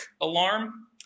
Alarm